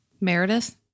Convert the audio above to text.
meredith